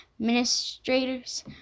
administrators